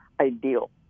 ideal